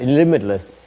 limitless